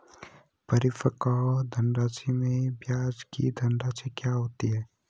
परिपक्व धनराशि में ब्याज की धनराशि क्या होती है?